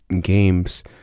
games